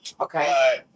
okay